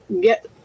get